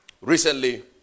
Recently